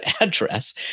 address